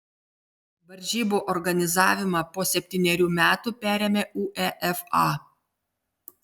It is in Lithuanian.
varžybų organizavimą po septynerių metų perėmė uefa